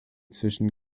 zwischen